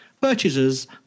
Purchasers